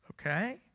Okay